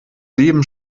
leben